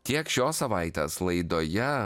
tiek šios savaitės laidoje